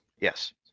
Yes